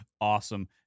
awesome